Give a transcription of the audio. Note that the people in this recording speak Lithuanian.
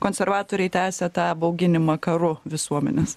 konservatoriai tęsia tą bauginimą karu visuomenės